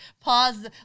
pause